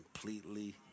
completely